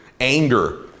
anger